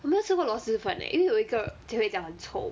我没有吃过螺蛳粉 eh 因为有一个只会讲很臭